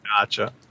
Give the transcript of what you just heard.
Gotcha